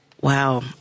wow